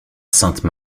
sainte